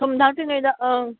ꯊꯨꯝ ꯊꯥꯛꯇ꯭ꯔꯤꯉꯩꯗ ꯑꯪ